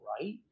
right